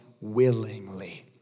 willingly